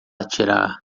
atirar